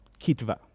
Kitva